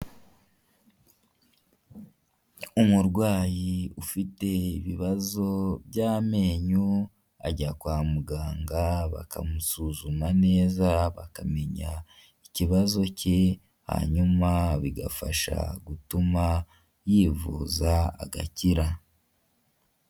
Umurwayi ufite ibibazo by'amenyo, ajya kwa muganga bakamusuzuma neza bakamenya ikibazo cye, hanyuma bigafasha gutuma yivuza agakira.